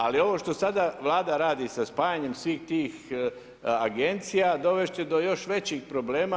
Ali ovo što sada Vlada redi sa spajanjem svih tih Agencija dovesti će do još većih problema.